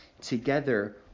together